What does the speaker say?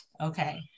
okay